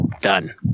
done